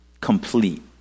complete